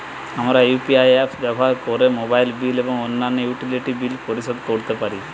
আমরা UPI apps ব্যবহার করে মোবাইল বিল এবং অন্যান্য ইউটিলিটি বিল পরিশোধ করতে পারি